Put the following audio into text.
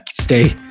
stay